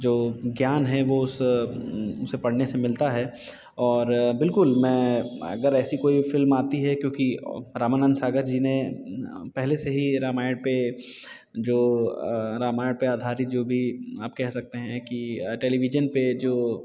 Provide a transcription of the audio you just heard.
जो ज्ञान है वो उस उसे पढ़ने से मिलता हैं और बिल्कुल मैं अगर ऐसी कोई फ़िल्म आती है क्योंकि रामानंद सागर जी ने पहले से ही रामायण पर जो रामायण पर आधारित जो भी आप कह सकते है कि टेलीविजन पर जो